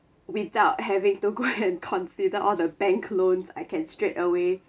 without having to go and considered all the bank loans I can straight away